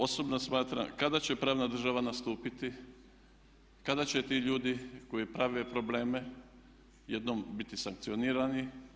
Osobno smatram, kada će pravna država nastupiti, kada će ti ljudi koji prave probleme jednom biti sankcionirani.